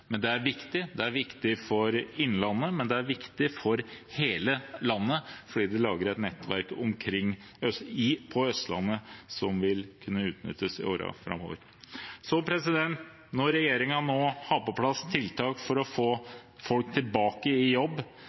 Men det er viktig, ikke bare for Innlandet, men også for hele landet, for det lager et nettverk på Østlandet som vil kunne utnyttes i årene framover. Når regjeringen nå får på plass tiltak for å få folk tilbake i jobb,